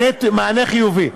מענה חיובי.